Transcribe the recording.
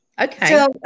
Okay